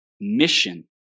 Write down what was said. mission